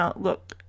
look